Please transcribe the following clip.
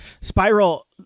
Spiral